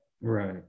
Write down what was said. Right